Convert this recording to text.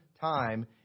time